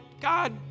God